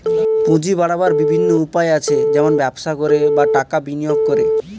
পুঁজি বাড়াবার বিভিন্ন উপায় আছে, যেমন ব্যবসা করে, বা টাকা বিনিয়োগ করে